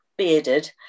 bearded